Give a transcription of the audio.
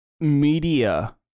media